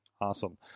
Awesome